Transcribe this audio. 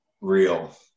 real